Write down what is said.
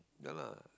ya lah